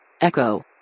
Echo